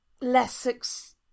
less